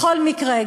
בכל מקרה,